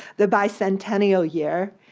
the bicentennial year,